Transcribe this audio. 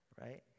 Right